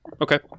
Okay